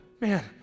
man